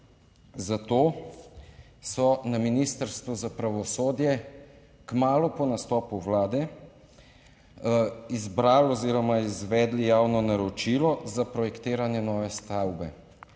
zato so na Ministrstvu za pravosodje kmalu po nastopu vlade izbrali oziroma izvedli javno naročilo za projektiranje nove stavbe.